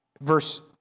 verse